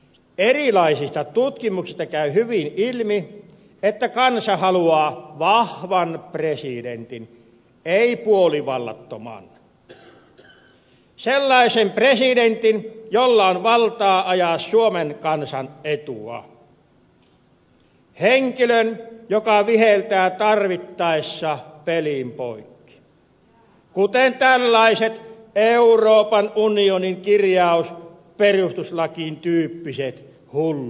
erilaisista tutkimuksista käy hyvin ilmi että kansa haluaa vahvan presidentin ei puolivallattoman sellaisen presidentin jolla on valtaa ajaa suomen kansan etua henkilön joka viheltää tarvittaessa pelin poikki kuten tällaiset euroopan unionin kirjaus perustuslakiin tyyppiset hulluudet